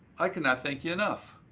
i cannot thank you enough.